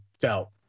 felt